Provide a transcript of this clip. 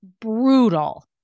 brutal